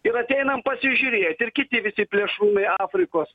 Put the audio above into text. ir ateinam pasižiūrėt ir kiti visi plėšrūnai afrikos